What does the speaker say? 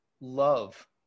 love